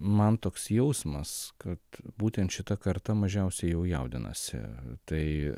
man toks jausmas kad būtent šita karta mažiausiai jau jaudinasi tai